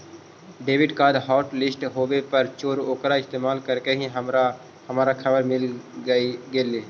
debit card hotlist होवे पर चोर ओकरा इस्तेमाल करते ही हमारा खबर मिल गेलई